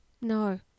No